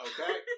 Okay